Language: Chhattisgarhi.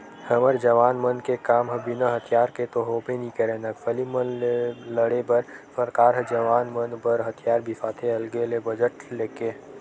हमर जवान मन के काम ह बिना हथियार के तो होबे नइ करय नक्सली मन ले लड़े बर सरकार ह जवान मन बर हथियार बिसाथे अलगे ले बजट लेके